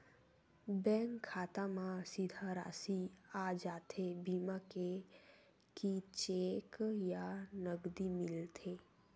Bank खाता मा सीधा राशि आ जाथे बीमा के कि चेक या नकदी मिलथे?